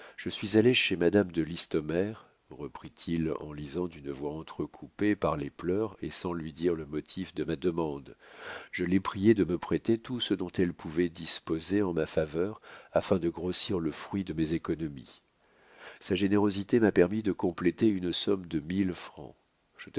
je suis allé chez madame de listomère reprit-il en lisant d'une voix entrecoupée par les pleurs et sans lui dire le motif de ma demande je l'ai priée de me prêter tout ce dont elle pouvait disposer en ma faveur afin de grossir le fruit de mes économies sa générosité m'a permis de compléter une somme de mille francs